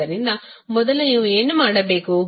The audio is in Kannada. ಆದ್ದರಿಂದ ಮೊದಲು ನೀವು ಏನು ಮಾಡಬೇಕು